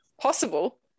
possible